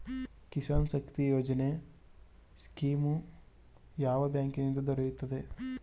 ಕಿಸಾನ್ ಶಕ್ತಿ ಯೋಜನೆ ಸ್ಕೀಮು ಯಾವ ಬ್ಯಾಂಕಿನಿಂದ ದೊರೆಯುತ್ತದೆ?